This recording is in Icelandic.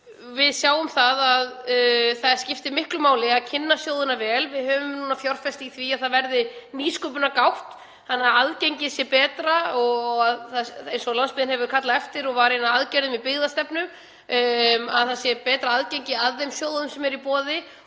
Við sjáum að það skiptir miklu máli að kynna sjóðina vel. Við höfum fjárfest í því að það verði nýsköpunargátt þannig að aðgengið sé betra, eins og landsbyggðin hefur kallað eftir og var ein af aðgerðum byggðastefnu, að það sé betra aðgengi að þeim sjóðum sem eru í boði.